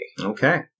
Okay